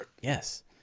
Yes